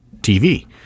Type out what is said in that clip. TV